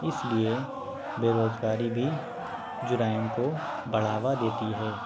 اس لیے بے روزگاری بھی جرائم کو بڑھاوا دیتی ہے